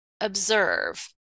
observe